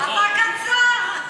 אתה קצר.